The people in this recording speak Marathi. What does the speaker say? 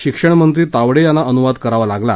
शिक्षण मंत्री तावडे यांना अनुवाद करावा लागला